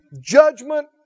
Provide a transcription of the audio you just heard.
judgment